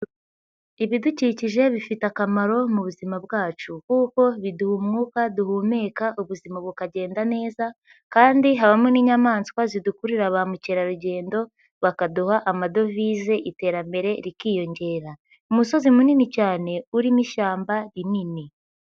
Ibidukikije bifite akamaro mu buzima bwacu kuko biduha umwuka duhumeka ubuzima bukagenda neza kandi hamo n'inyamaswa zidukurira ba mukerarugendo, bakaduha amadovize iterambere rikiyongera. Umusozi munini cyane urimo ishyamba rinini.